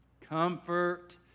comfort